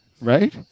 right